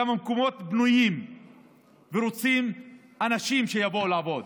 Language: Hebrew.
כמה מקומות פנויים ורוצים אנשים שיבואו לעבוד.